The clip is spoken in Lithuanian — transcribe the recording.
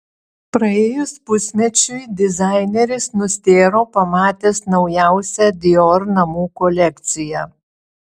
praėjus pusmečiui dizaineris nustėro pamatęs naujausią dior namų kolekciją